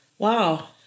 Wow